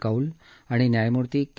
कौल आणि न्यायमूर्ती के